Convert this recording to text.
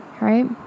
right